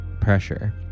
pressure